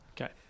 okay